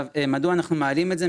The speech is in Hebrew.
מדוע אנחנו מעלים את זה?